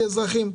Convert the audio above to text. כאזרחים.